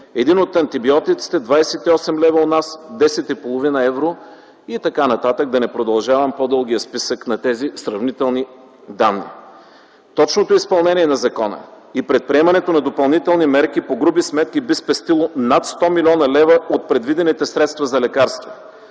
един от антибиотиците е 28 лв. у нас, а в Гърция 10,5 евро и т.н. да не продължавам по-дългия списък на тези сравнителни данни. Точното изпълнение на закона и предприемането на допълнителни мерки по груби сметки би спестило над 100 млн. лв. от предвидените средства за лекарства.